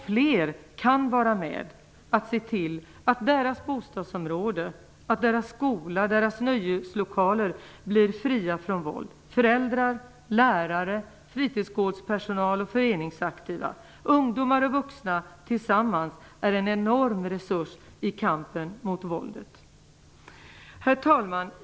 Fler kan vara med att se till att deras bostadsområde, deras skola och deras nöjeslokaler blir fria från våld. Föräldrar, lärare, fritidsgårdspersonal och föreningsaktiva, ungdomar och vuxna tillsammans, är en enorm resurs i kampen mot våldet. Herr talman!